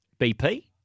BP